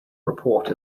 report